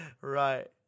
Right